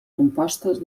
compostes